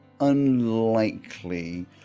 Unlikely